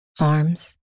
arms